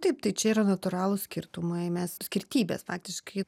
taip tai čia yra natūralūs skirtumai mes skirtybės faktiškai